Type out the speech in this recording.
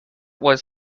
was